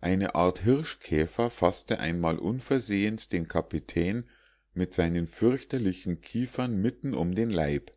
eine art hirschkäfer faßte einmal unversehens den kapitän mit seinen fürchterlichen kiefern mitten um den leib